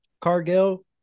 Cargill